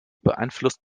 beeinflusst